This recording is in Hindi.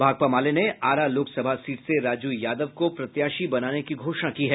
भाकपा माले ने आरा लोकसभा सीट से राजू यादव को प्रत्याशी बनाने की घोषणा की है